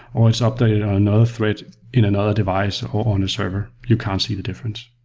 or it's updated on another thread in another device, or on a server. you can't see the difference.